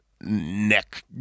neck